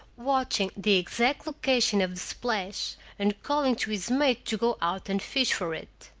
watching the exact location of the splash and calling to his mate to go out and fish for it.